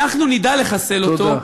אנחנו נדע לחסל אותו, תודה.